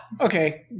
okay